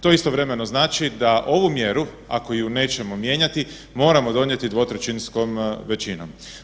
To istovremeno znači da ovu mjeru ako ju nećemo mijenjati moramo donijeti dvotrećinskom većinom.